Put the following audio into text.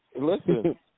listen